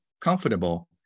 comfortable